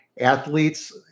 athletes